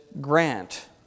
grant